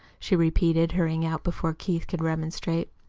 she repeated, hurrying out before keith could remonstrate.